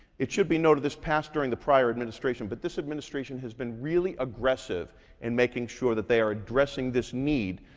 it should be noted this passed during the prior administration, but this administration has been really aggressive in making sure that they are addressing this need,